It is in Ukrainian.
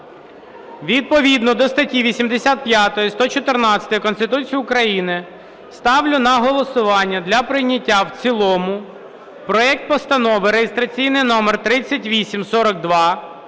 Відповідно до статті 85, 114 Конституції України ставлю на голосування для прийняття в цілому проект Постанови (реєстраційний номер 3842)